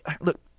look